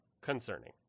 concerning